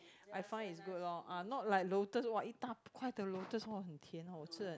I find is good lor ah not like lotus !wah! 一大块的 lotus !wah! 很甜我吃了